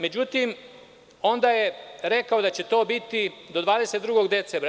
Međutim, onda je rekao da će to biti do 22. decembra.